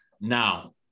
Now